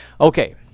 Okay